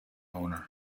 owner